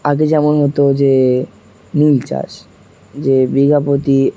আগে যেমন হতো যে নীল চাষ যে বিঘা প্রতি